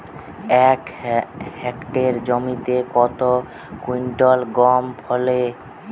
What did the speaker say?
এক হেক্টর জমিতে কত কুইন্টাল গম ফলে?